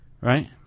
right